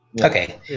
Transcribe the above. okay